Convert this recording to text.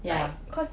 like cause